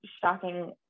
shocking